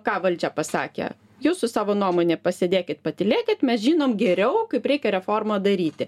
ką valdžia pasakė jūs su savo nuomone pasėdėkit patylėkit mes žinom geriau kaip reikia reformą daryti